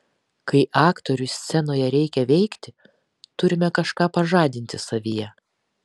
kai aktoriui scenoje reikia veikti turime kažką pažadinti savyje